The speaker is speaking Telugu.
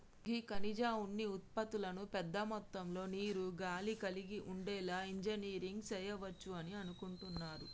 గీ ఖనిజ ఉన్ని ఉత్పతులను పెద్ద మొత్తంలో నీరు, గాలి కలిగి ఉండేలా ఇంజనీరింగ్ సెయవచ్చు అని అనుకుంటున్నారు